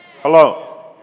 Hello